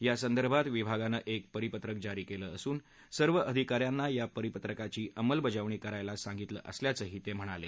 या संदर्भात विभागानं एक परिपत्रक जारी केलं असून सर्व अधिका यांना या परिपत्रकाची अंमलबजावणी करायला सांगितलं असल्याचंही ते म्हणाले